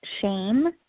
shame